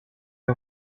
der